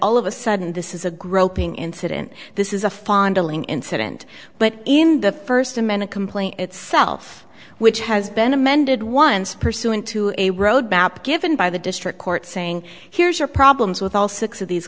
all of a sudden this is a groping incident this is a fondling incident but in the first amendment complaint itself which has been amended once pursuant to a roadmap given by the district court saying here's your problems with all six of these